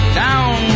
down